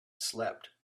slept